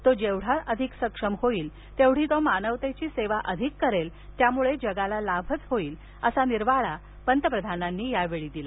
तो जेवढा अधिक सक्षम होईल तेवढी तो मानवतेची सेवा अधिक करेल त्यामुळे जगाला लाभच होईल असा निर्वाळा पंतप्रधानांनी यावेळी दिला